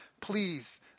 please